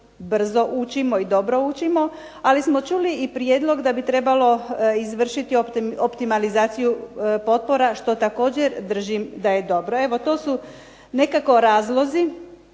brzo učimo i dobro učimo, ali smo čuli i prijedlog da bi trebalo izvršiti optimalizaciju potpora što također držim da je dobro. Evo to su nekako razlozi